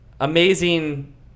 amazing